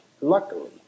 Luckily